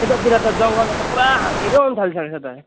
यतातिर त जङ्गलमा पुरा हात्ती पो आउन थालिसकेछ त